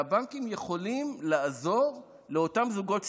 והבנקים יכולים לעזור לאותם זוגות צעירים.